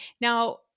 now